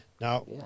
Now